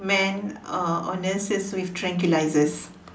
man uh or nurses with tranquilizers